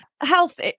Health